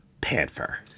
Panther